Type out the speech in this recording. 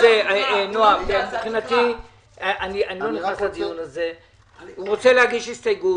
לעומת הסכום --- הוא רוצה להגיש הסתייגות